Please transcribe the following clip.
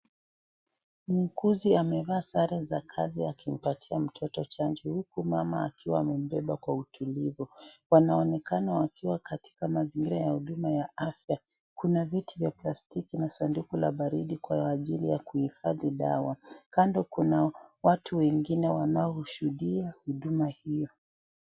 Muuguzi amevaa sare za kazi akimpatia mtoto chanjo huku mama akiwa amembeba kwa utulivu. Wanaonekana wakiwa katika mazingira ya Huduma ya afya. Kuna viti vya plastiki ,sanduku la baridi kwa ajili ya kuhifadhi dawa. Kando kuna watu wengine wanaoshuhudia huduma hiyo.